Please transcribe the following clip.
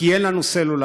כי אין לנו סלולר.